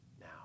now